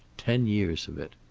ten years of it.